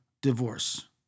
divorce